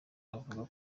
bavuga